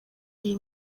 iyi